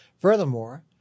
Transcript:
Furthermore